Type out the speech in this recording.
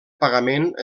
pagament